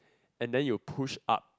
and then you push up